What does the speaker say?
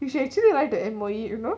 you should actually write to M_O_E you know